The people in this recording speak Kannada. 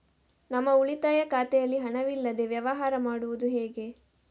ನಮ್ಮ ಉಳಿತಾಯ ಖಾತೆಯಲ್ಲಿ ಹಣವಿಲ್ಲದೇ ವ್ಯವಹಾರ ಮಾಡುವುದು ಹೇಗೆ?